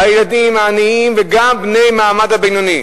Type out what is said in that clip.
הילדים העניים, וגם בני המעמד הבינוני,